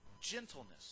gentleness